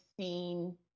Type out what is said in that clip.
seen